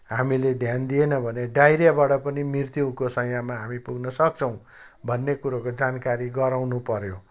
हामीले ध्यान दिएनौँ भने डाइरियाबाट पनि मृत्युको शय्यामा हामी पुग्नसक्छौँ भन्ने कुरोको जानकारी गराउन पऱ्यो